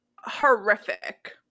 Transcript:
Horrific